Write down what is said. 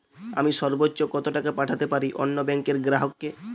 আমি সর্বোচ্চ কতো টাকা পাঠাতে পারি অন্য ব্যাংকের গ্রাহক কে?